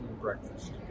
breakfast